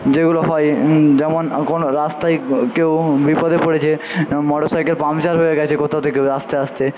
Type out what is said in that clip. যেগুলো হয় যেমন কোনো রাস্তায় কেউ বিপদে পড়েছে মোটরসাইকেল পাংচার হয়ে গেছে কোথাও থেকেও আসতে আসতে